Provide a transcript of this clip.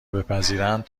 بپذیرند